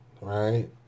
right